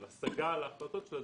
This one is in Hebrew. של השגה על ההחלטות שלה,